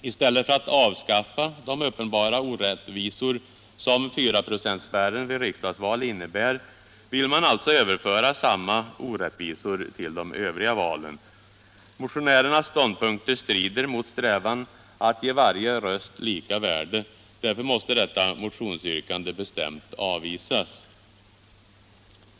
I stället för att avskaffa de uppenbara orättvisor som fyraprocentsspärren vid riksdagsval innebär vill man alltså överföra samma orättvisor till de övriga valen. Motionärernas ståndpunkter strider mot strävan att ge varje röst lika värde. Därför måste detta motionsyrkande bestämt avvisas.